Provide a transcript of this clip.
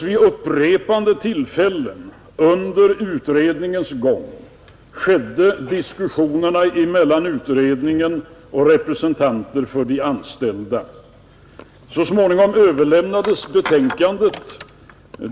Vid upprepade tillfällen under utredningens gång fördes alltså diskussionerna mellan utredningen och representanter för de anställda. Så småningom överlämnades betänkandet.